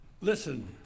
listen